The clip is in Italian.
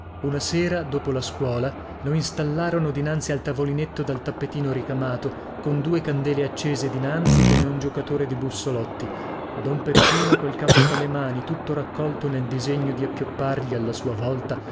una sera dopo la scuola lo istallarono dinanzi al tavolinetto dal tappetino ricamato con due candele accese dinanzi come un giocatore di bussolotti don peppino col capo fra le mani tutto raccolto nel disegno di appioppargli alla sua volta